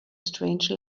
strange